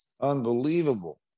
Unbelievable